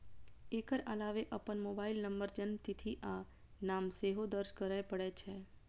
एकर अलावे अपन mobile number, जन्मतिथि आ नाम सेहो दर्ज करय पड़ै छै